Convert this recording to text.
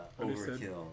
overkill